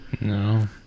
No